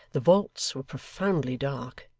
the vaults were profoundly dark,